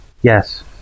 Yes